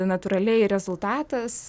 natūraliai rezultatas